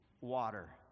water